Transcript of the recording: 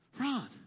Ron